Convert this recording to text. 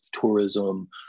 tourism